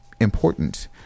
important